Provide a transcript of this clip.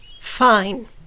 Fine